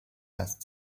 last